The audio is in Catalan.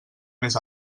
més